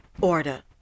order